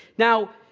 now,